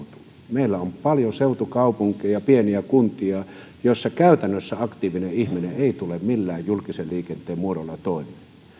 meillä on paljon seutukaupunkeja pieniä kuntia joissa käytännössä aktiivinen ihminen ei tule millään julkisen liikenteen muodolla toimeen